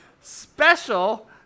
special